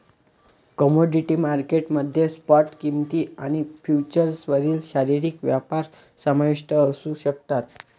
commodity market मध्ये spot किंमती आणि फ्युचर्सवरील शारीरिक व्यापार समाविष्ट असू शकतात